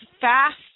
fast